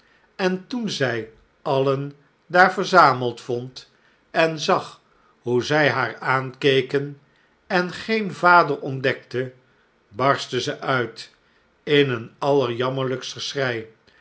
en toen zij alien daar verzameld vond en zag hoe zij haar aankeken en geen vader ontdekte barstte zij uit in een allerjammerlijkst geschrei